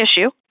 issue